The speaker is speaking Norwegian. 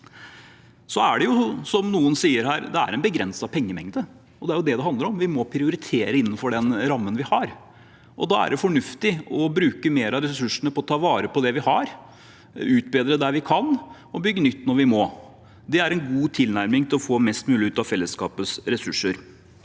er det en begrenset pengemengde. Det er det det handler om: Vi må prioritere innenfor den rammen vi har. Da er det fornuftig å bruke mer av ressursene til å ta vare på det vi har, utbedre der vi kan, og bygge nytt når vi må. Det er en god tilnærming til å få mest mulig ut av fellesskapets ressurser.